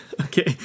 Okay